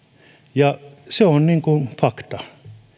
ja se on fakta